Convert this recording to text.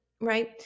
right